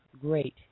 great